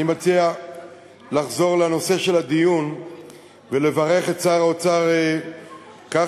אני מציע לחזור לנושא הדיון ולברך את שר האוצר כחלון